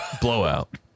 blowout